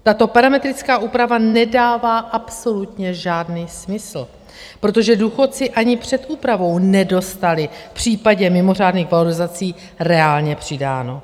Tato parametrická úprava nedává absolutně žádný smysl, protože důchodci ani před úpravou nedostali v případě mimořádných valorizací reálně přidáno.